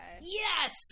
Yes